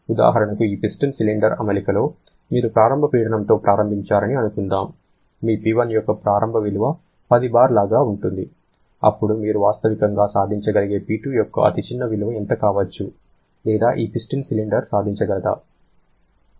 ఉదాహరణకు ఈ piston cylinder అమరికలో మీరు ప్రారంభ పీడనంతో ప్రారంభించారని అనుకుందాం మీ P1 యొక్క ప్రారంభ విలువ 10 బార్ లాగా ఉంటుంది అప్పుడు మీరు వాస్తవికంగా సాధించగలిగే P2 యొక్క అతిచిన్న విలువ ఎంత కావచ్చు లేదా ఈ పిస్టన్ సిలిండర్ సాధించగలదా